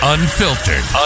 Unfiltered